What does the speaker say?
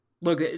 Look